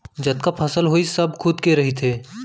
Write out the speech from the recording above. जतका फसल होइस सब खुद के रहिथे